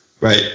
Right